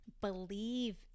believe